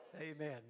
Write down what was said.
Amen